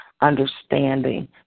understanding